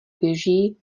běží